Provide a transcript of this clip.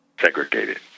segregated